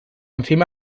enzima